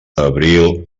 abril